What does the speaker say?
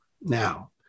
Now